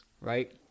right